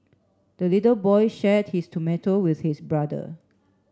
the little boy shared his tomato with his brother